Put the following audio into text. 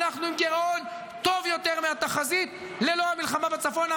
אנחנו עם גירעון טוב יותר מהתחזית ללא המלחמה בצפון.